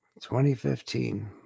2015